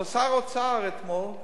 אבל שר האוצר אתמול,